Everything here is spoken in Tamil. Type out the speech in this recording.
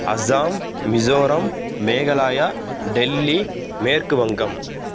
அஸாம் மிசோரம் மேகலாயா டெல்லி மேற்கு வங்கம்